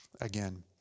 again